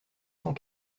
cent